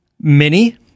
Mini